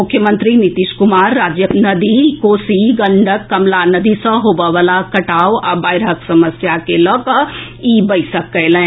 मुख्यमंत्री नीतीश कुमार राज्यक नदी कोसी गंडक कमला नदी सॅ होबए वला कटाव आ बाढ़िक समस्या के लऽकऽ ई बैसक कयलनि